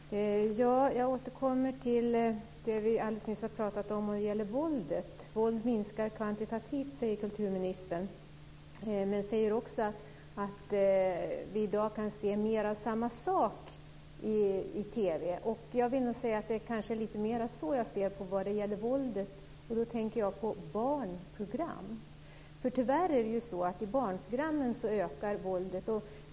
Fru talman! Jag återkommer till det som vi alldeles nyss talade om, nämligen våldet. Våldet minskar kvantitativt, säger kulturministern. Hon säger också att vi i dag kan se mer av samma sak i TV. Jag vill nog säga att det är fråga om lite mer än så, som jag ser det, vad gäller våldet. Då tänker jag på barnprogrammen. Tyvärr ökar våldet i barnprogrammen.